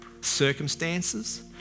circumstances